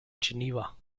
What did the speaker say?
geneva